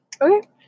okay